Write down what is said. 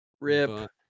RIP